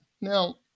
Now